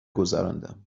گذراندم